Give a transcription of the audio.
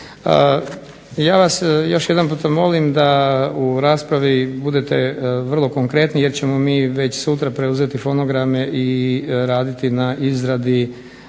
Ja vas još jedanput molim da u raspravi budete vrlo konkretni jer ćemo mi već sutra preuzeti fonograme i raditi na izradi